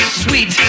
sweet